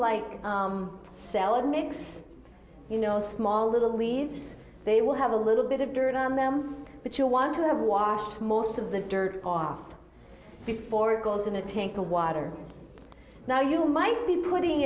cellar mix you know small little leaves they will have a little bit of dirt on them but you want to have washed most of the dirt off before it goes in a tank of water now you might be putting